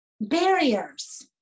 Barriers